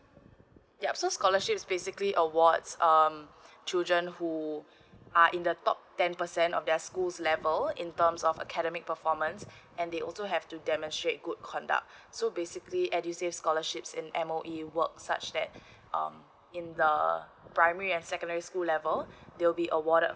yup so scholarships basically awards um children who are in the top ten percent of their school's level in terms of academic performance and they also have to demonstrate good conduct so basically edusave scholarships in M_O_E work such that um in the err primary and secondary school level they will be awarded